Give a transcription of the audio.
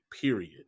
period